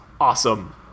awesome